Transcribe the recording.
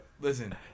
Listen